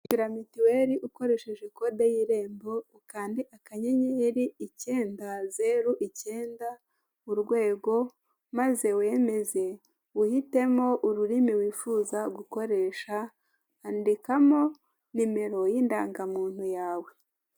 Tira mitiweli ukoresheje kode y'irembo ukande akanyenyeri icyenda zeru icyenda urwego, maze wemeze uhitemo ururimi wifuza gukoresha, andikamo nimero y'indangamuntu yawe.